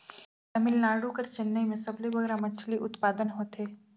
तमिलनाडु कर चेन्नई में सबले बगरा मछरी उत्पादन होथे